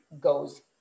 goes